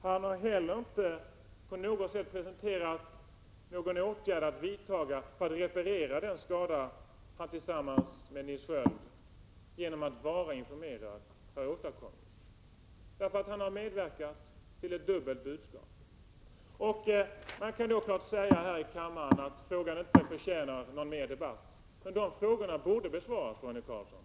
Han har inte heller på något sätt presenterat någon åtgärd att vidta för att reparera den skada som han, genom att vara informerad, tillsammans med Nils Sköld har åstadkommit. Han har ju medverkat till ett dubbelt budskap. Man kan självfallet säga här i kammaren att frågan inte förtjänar någon mer debatt. Men dessa frågor borde besvaras, Roine Carlsson.